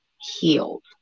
healed